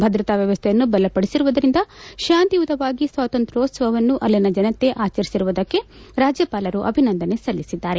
ಭದ್ರತಾ ವ್ಯವಸ್ಥೆಯನ್ನು ಬಲಪಡಿಸಿರುವುದರಿಂದ ಶಾಂತಿಯುತವಾಗಿ ಸ್ವಾತಂತ್ರ್ಯೋತ್ಸವವನ್ನು ಅಲ್ಲಿನ ಜನತೆ ಆಚರಿಸಿರುವುದಕ್ಕೆ ರಾಜ್ಯಪಾಲರು ಅಭಿನಂದನೆ ಸಲ್ಲಿಸಿದ್ದಾರೆ